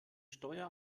steuer